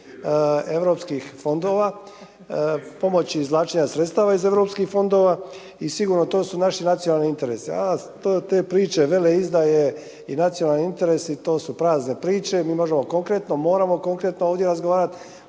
europskih fondova, pomoći izvlačenja sredstava iz europskih fondova i sigurno to su naši nacionalni interesi. A te priče veleizdaje i nacionalni interesi to su prazne priče. Mi možemo konkretno, moramo konkretno ovdje razgovarati,